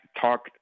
talk